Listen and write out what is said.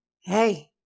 Hey